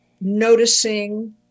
noticing